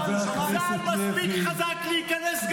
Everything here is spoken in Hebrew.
חברת הכנסת הרכבי.